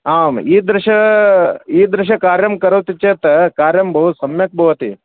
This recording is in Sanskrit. आम् ईदृशम् ईदृशं कार्यं करोति चेत् कार्यं बहु सम्यक् भवति